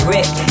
Rick